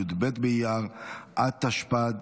י"ב באייר התשפ"ד,